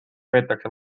peetakse